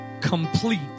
complete